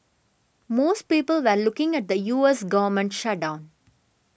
most people were looking at the U S government shutdown